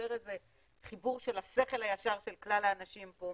ולייצר איזה חיבור של השכל הישר של כלל האנשים פה,